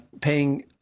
paying –